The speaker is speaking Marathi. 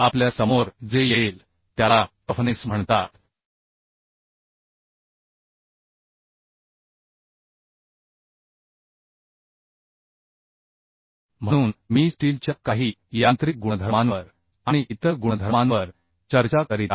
आपल्या समोर जे येइल त्याला टफनेस म्हणतात म्हणून मी स्टीलच्या काही यांत्रिक गुणधर्मांवर आणि इतर गुणधर्मांवर चर्चा करीत आहे